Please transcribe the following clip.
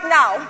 now